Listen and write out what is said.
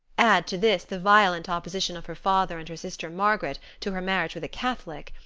add to this the violent opposition of her father and her sister margaret to her marriage with a catholic,